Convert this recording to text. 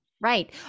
Right